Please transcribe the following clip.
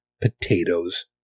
potatoes